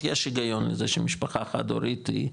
יש היגיון לזה שמשפחה חד-הורית היא,